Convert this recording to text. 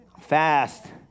fast